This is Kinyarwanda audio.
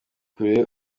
kure